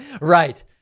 right